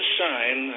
sign